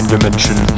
dimension